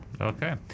Okay